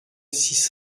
six